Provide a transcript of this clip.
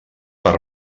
per